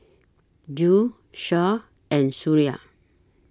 Zul Shah and Suria